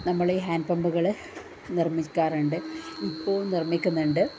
നമ്മൾ ഈ ഹാൻഡ് പമ്പുകൾ നിർമ്മിക്കാറുണ്ട് ഇപ്പോൾ നിർമ്മിക്കുന്നുണ്ട്